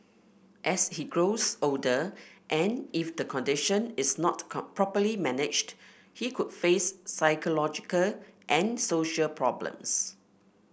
as he grows older and if the condition is not properly managed he could face psychological and social problems